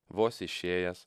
vos išėjęs